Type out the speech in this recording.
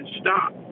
stop